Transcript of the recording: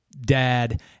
dad